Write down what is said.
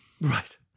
Right